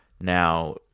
now